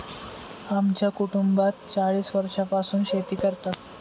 आमच्या कुटुंबात चाळीस वर्षांपासून शेती करतात